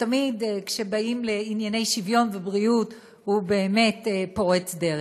ושתמיד כשבאים לענייני שוויון ובריאות הוא באמת פורץ דרך.